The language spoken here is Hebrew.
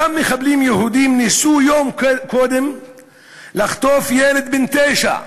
אותם מחבלים יהודים ניסו יום קודם לחטוף ילד בן תשע מבית-חנינא,